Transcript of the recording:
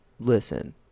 Listen